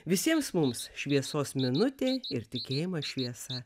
visiems mums šviesos minutė ir tikėjimas šviesa